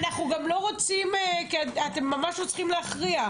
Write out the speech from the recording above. אתם ממש לא צריכים להכריח.